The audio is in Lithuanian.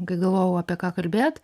kai galvojau apie ką kalbėt